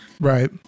Right